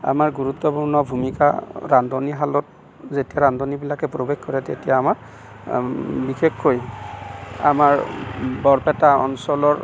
আমাৰ গুৰুত্বপূৰ্ণ ভূমিকা ৰান্ধনীশালত যেতিয়া ৰান্ধনীবিলাকে প্ৰৱেশ কৰে তেতিয়া আমাৰ বিশেষকৈ আমাৰ বৰপেটা অঞ্চলৰ